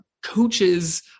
Coaches